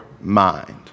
mind